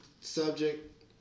subject